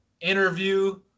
interview